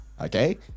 Okay